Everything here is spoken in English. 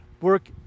work